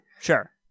Sure